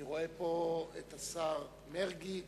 אני רואה פה את השר מרגי,